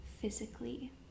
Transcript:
physically